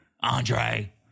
Andre